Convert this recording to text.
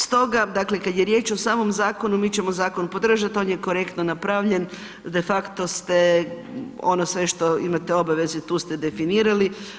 Stoga, dakle kada je riječ o samom zakonu, mi ćemo zakon podržati, on je korektno napravljen, de facto ste, ono sve što imate obaveze tu ste definirali.